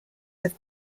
have